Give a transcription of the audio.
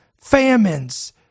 famines